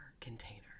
container